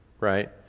Right